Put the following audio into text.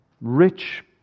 rich